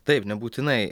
taip nebūtinai